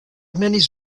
armenis